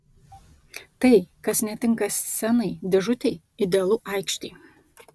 tai kas netinka scenai dėžutei idealu aikštei